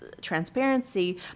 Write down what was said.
transparency